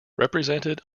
represented